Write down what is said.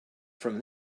from